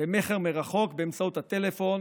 במכר מרחוק באמצעות הטלפון